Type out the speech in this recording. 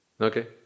okay